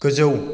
गोजौ